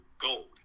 gold